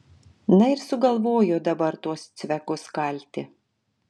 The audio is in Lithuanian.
na ir sugalvojo dabar tuos cvekus kalti